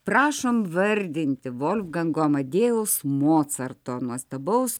prašom vardinti volfgango amadėjaus mocarto nuostabaus